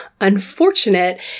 unfortunate